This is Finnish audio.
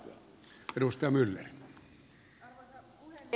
arvoisa puhemies